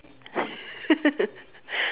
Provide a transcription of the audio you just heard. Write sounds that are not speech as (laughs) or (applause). (laughs)